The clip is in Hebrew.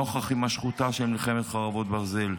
נוכח הימשכותה של מלחמת חרבות ברזל,